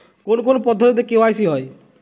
কোন কোন পদ্ধতিতে কে.ওয়াই.সি হয়?